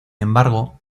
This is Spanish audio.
embargo